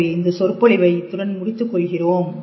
எனவே இந்த சொற்பொழிவை இத்துடன் முடித்துக் கொள்வோம்